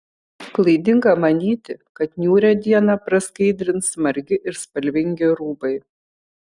klaidinga manyti kad niūrią dieną praskaidrins margi ir spalvingi rūbai